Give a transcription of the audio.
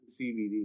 CBD